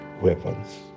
weapons